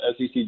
sec